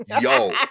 Yo